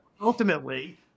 Ultimately